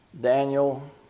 Daniel